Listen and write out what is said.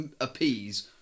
appease